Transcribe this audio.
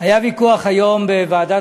היה ויכוח היום בוועדת